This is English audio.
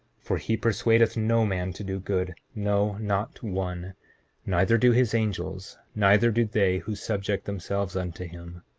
for he persuadeth no man to do good, no, not one neither do his angels neither do they who subject themselves unto him.